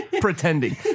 pretending